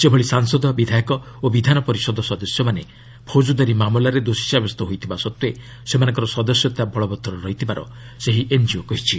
ସେଭଳି ସାଂସଦ ବିଧାୟକ ଓ ବିଧାନପରିଷଦ ସଦସ୍ୟମାନେ ଫୌଜଦାରୀ ମାମଲାରେ ଦୋଷୀ ସାବ୍ୟସ୍ତ ହୋଇଥିବା ସତ୍ତ୍ୱେ ସେମାନଙ୍କର ସଦସ୍ୟତା ବଳବତ୍ତର ରହିଥିବାର ସେହି ଏନ୍ଜିଓ କହିଛି